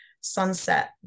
sunset